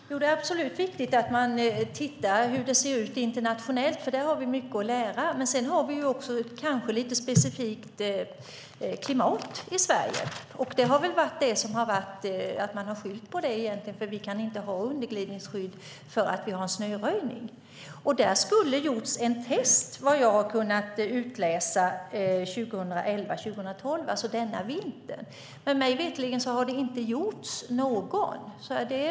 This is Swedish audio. Fru talman! Det är absolut viktigt att man ser hur det ser ut internationellt. Där har vi mycket att lära. Men vi har lite specifikt klimat i Sverige. Det har väl egentligen varit det man har skyllt på: Vi kan inte ha underglidningsskydd, för vi har snöröjning. Efter vad jag har kunnat utläsa skulle det ha gjorts ett test under den gångna vintern 2011-2012, men mig veterligen har det inte gjorts något sådant.